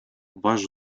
ваш